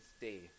day